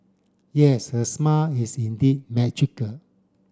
yes her smile is indeed magical